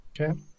Okay